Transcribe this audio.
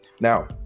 Now